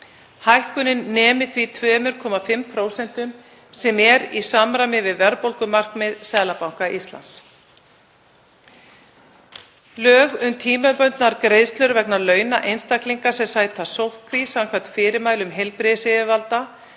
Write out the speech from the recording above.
Hækkunin nemi því 2,5% sem er í samræmi við verðbólgumarkmið Seðlabanka Íslands. Lög um tímabundnar greiðslur vegna launa einstaklinga sem sæta sóttkví samkvæmt fyrirmælum heilbrigðisyfirvalda